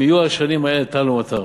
אם יהיה השנים האלה טל ומטר.